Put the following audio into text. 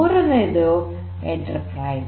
ಮೂರನೆಯದು ಎಂಟರ್ಪ್ರೈಸ್